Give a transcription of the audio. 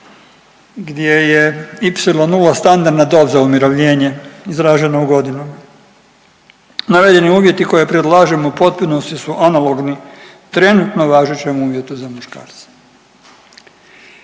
gdje je y0 standardna doza umirovljenje izražena u godinama. Navedeni uvjeti koje predlažemo u potpunosti su analogni trenutno važećem uvjetu za muškarce.